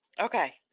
okay